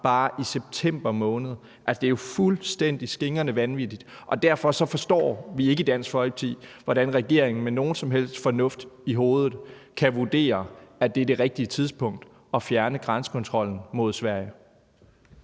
bare i september måned. Det er jo fuldstændig skingrende vanvittigt, og derfor forstår vi i Dansk Folkeparti ikke, hvordan regeringen med nogen som helst fornuft i hovedet kan vurdere, at det er det rigtige tidspunkt at fjerne grænsekontrollen mod Sverige.